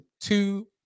two